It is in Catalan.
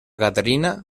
caterina